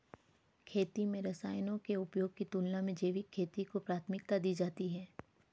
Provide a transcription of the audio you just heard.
खेती में रसायनों के उपयोग की तुलना में जैविक खेती को प्राथमिकता दी जाती है